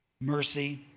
mercy